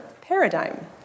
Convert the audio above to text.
paradigm